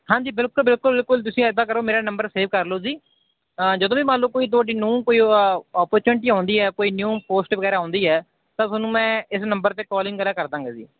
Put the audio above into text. ਹਾਂਜੀ ਬਿਲਕੁਲ ਬਿਲਕੁਲ ਬਿਲਕੁਲ ਤੁਸੀਂ ਇੱਦਾਂ ਕਰੋ ਮੇਰਾ ਨੰਬਰ ਸੇਵ ਕਰ ਲਓ ਜੀ ਜਦੋਂ ਵੀ ਮੰਨ ਲਓ ਕੋਈ ਤੁਹਾਡੀ ਨੂ ਕੋਈ ਓਪੋਰਚੁਨਿਟੀ ਆਉਂਦੀ ਹੈ ਕੋਈ ਨਿਊ ਪੋਸਟ ਵਗੈਰਾ ਆਉਂਦੀ ਹੈ ਤਾਂ ਤੁਹਾਨੂੰ ਮੈਂ ਇਸ ਨੰਬਰ 'ਤੇ ਕੋਲਿੰਗ ਵਗੈਰਾ ਕਰਦਾਂਗਾ ਜੀ